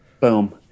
Boom